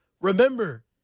Remember